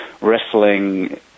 wrestling